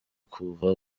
kuva